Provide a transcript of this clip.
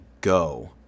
go